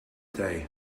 day